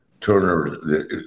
Turner